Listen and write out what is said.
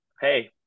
hey